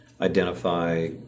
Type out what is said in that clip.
identify